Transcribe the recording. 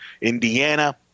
Indiana